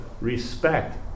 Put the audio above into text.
respect